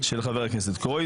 התשפ"ג 2023 (פ/2156/25) (כ/965),